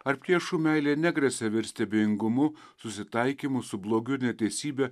ar priešų meilė negresia virsti abejingumu susitaikymu su blogiu ir neteisybe